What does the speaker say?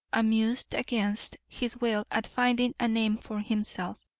amused against his will at finding a name for himself.